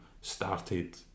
started